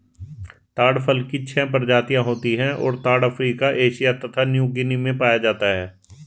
ताड़ फल की छह प्रजातियाँ होती हैं और ताड़ अफ्रीका एशिया तथा न्यूगीनी में पाया जाता है